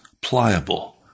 pliable